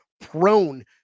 prone